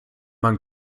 man